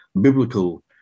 biblical